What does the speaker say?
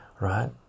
right